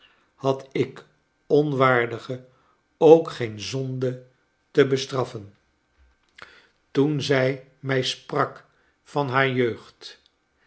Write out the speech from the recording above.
had ik onwaardige ook geen zonde te bestraffen jtoen zij mij sprak van haar jeugd